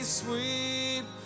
sweep